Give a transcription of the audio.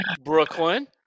brooklyn